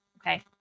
okay